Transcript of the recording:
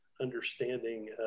understanding